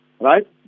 right